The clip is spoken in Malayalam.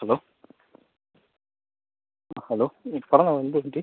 ഹലോ ആ ഹലോ പറഞ്ഞോളൂ എന്തു പറ്റി